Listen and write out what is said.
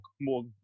more